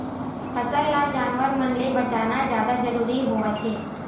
फसल ल जानवर मन ले बचाना जादा जरूरी होवथे